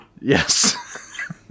Yes